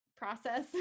process